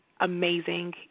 amazing